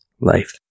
life